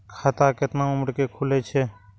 खाता केतना उम्र के खुले छै?